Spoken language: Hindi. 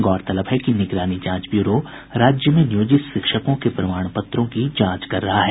गौरतलब है कि निगरानी जांच ब्यूरो राज्य में नियोजित शिक्षकों के प्रमाण पत्रों की जांच कर रहा है